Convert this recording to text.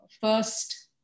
first